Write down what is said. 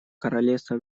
королевства